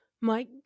Mike